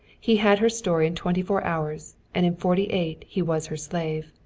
he had her story in twenty-four hours, and in forty-eight he was her slave.